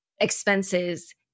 expenses